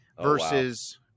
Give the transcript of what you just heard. versus